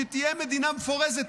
שתהיה מדינה מפורזת,